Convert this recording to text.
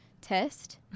test